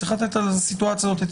צריך לתת את הדעת על הסיטואציה הזאת.